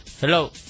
Hello